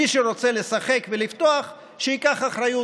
מי שרוצה לשחק ולפתוח, שייקח אחריות.